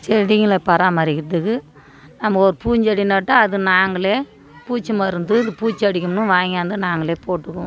செடிங்களை பராமரிக்கிறதுக்கு நம்ம ஒரு பூஞ்செடி நட்டால் அது நாங்களே பூச்சி மருந்து இதுக்கு பூச்சி அடிங்கணுனு வாங்கியார்ந்து நாங்களே போட்டுக்குவோம்